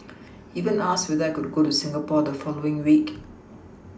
even asked whether I could go to Singapore the following week